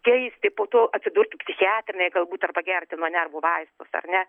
keisti po to atsidurti psichiatrinėj galbūt arba gerti man nervų vaistus ar ne